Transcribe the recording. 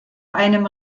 einem